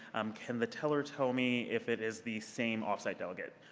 um can the teller tell me if it is the same off-site delegate?